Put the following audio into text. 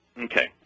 Okay